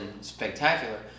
spectacular